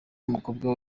umukobwa